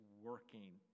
working